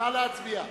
נא להצביע.